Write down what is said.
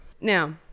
Now